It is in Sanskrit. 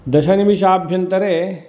दशनिमेषाभ्यन्तरे